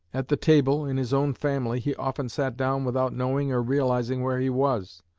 at the table, in his own family, he often sat down without knowing or realizing where he was,